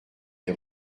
des